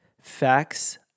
facts